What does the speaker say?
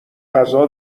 غذا